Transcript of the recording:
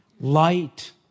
Light